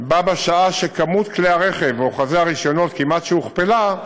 בה בשעה שמספר כלי הרכב ומספר אוחזי הרישיונות כמעט הוכפלו,